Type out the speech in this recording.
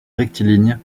rectiligne